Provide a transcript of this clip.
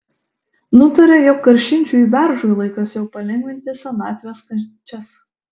nutarė jog karšinčiui beržui laikas jau palengvinti senatvės kančias